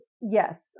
Yes